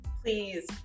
Please